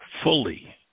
fully